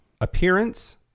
Appearance